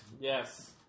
Yes